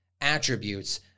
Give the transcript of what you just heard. attributes